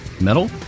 Metal